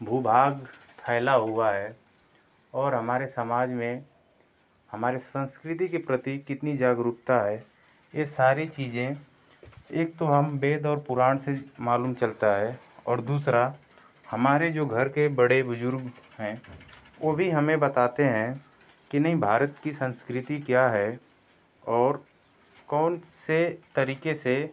भूभाग फैला हुआ है और हमारे समाज में हमारे संस्कृति के प्रति कितनी जागरूकता है यह सारी चीज़ें एक तो हम वेद और पुराण से मालूम चलता है और दूसरा हमारे जो घर के बड़े बुज़ुर्ग हैं वह भी हमें बताते हैं कि नईं भारत की संस्कृति क्या है और कौन से तरीके से